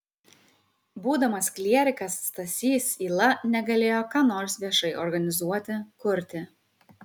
būdamas klierikas stasys yla negalėjo ką nors viešai organizuoti kurti